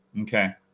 Okay